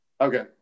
Okay